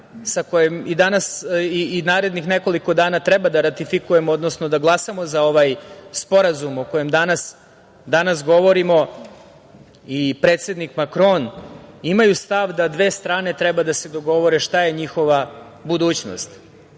sa kojem i danas i narednih nekoliko dana treba da ratifikujemo, odnosno da glasamo za ovaj Sporazum o kojem danas govorimo i predsednik Makron, imaju stav da dve strane treba da se dogovore šta je njihova budućnost. Nema